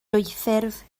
dwyffurf